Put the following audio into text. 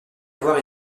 avoir